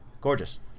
gorgeous